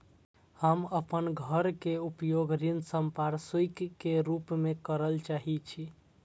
हम अपन घर के उपयोग ऋण संपार्श्विक के रूप में करल चाहि छी